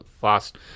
fast